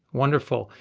wonderful,